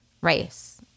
race